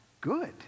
good